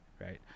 right